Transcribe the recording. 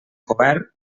govern